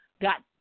got